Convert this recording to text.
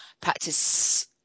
practice